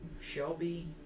Shelby